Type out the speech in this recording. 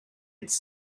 its